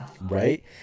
Right